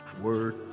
Word